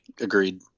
agreed